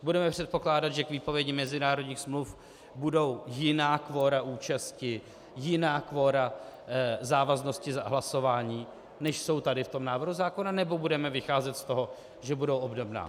Budeme předpokládat, že k výpovědi mezinárodních smluv budou jiná kvora účasti, jiná kvora závaznosti hlasování, než jsou tady v tom návrhu zákona, nebo budeme vycházet z toho, že budou obdobná?